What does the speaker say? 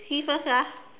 see first lah